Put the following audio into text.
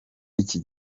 iki